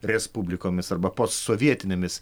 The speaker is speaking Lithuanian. respublikomis arba postsovietinėmis